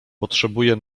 potrzebuję